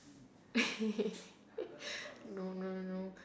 no no no